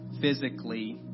physically